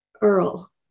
Earl